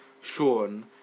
Sean